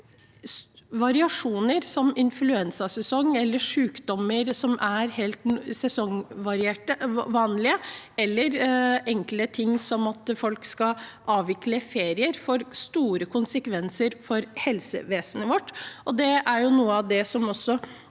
variasjoner som influensasesong eller sykdommer som er sesongvarierte og helt vanlige, eller enkle ting som at folk skal avvikle ferie, får store konsekvenser for helsevesenet vårt. Det er noe av det som øker